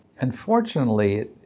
Unfortunately